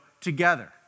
together